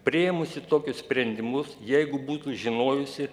priėmusi tokius sprendimus jeigu būtų žinojusi